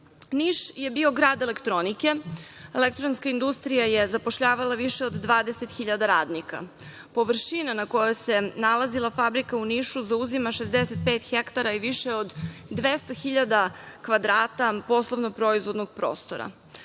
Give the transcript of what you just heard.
je bio grad elektronike. Elektronska industrija je zapošljavala više od dvadeset hiljada radnika, površina na kojoj se nalazila fabrika u Nišu zauzima 65 hektara i više od 200 hiljada kvadrata poslovno-proizvodnog prostora.